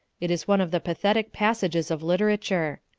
it is one of the pathetic passages of literature.